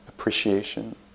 appreciation